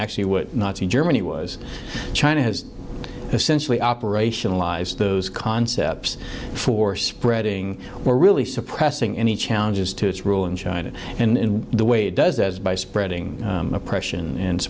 actually what nazi germany was china has essentially operationalize those concepts for spreading were really suppressing any challenges to its rule in china in the way it does as by spreading oppression and